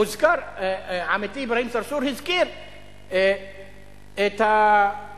עמיתי אברהים צרצור הזכיר את המספרים,